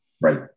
Right